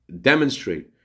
demonstrate